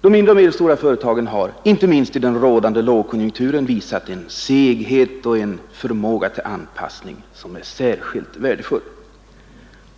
De mindre och medelstora företagen har inte minst i den rådande lågkonjunkturen visat en seghet och en förmåga till anpassning som är särskilt värdefull.